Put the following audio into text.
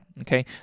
okay